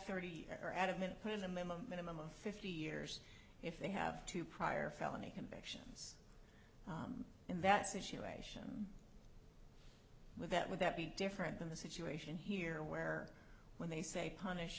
thirty or adamant put a minimum minimum of fifty years if they have two prior felony conviction in that situation with that would that be different than the situation here where when they say punish